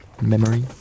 memory